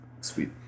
Sweet